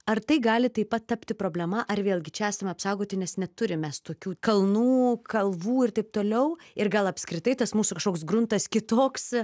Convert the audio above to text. ar tai gali taip pat tapti problema ar vėlgi čia esame apsaugoti nes neturim mes tokių kalnų kalvų ir taip toliau ir gal apskritai tas mūsų kažkoks gruntas kitoks